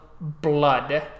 blood